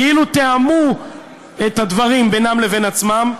כאילו תיאמו את הדברים בינם לבין עצמם,